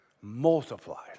multiplied